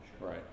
right